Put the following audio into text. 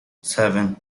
seven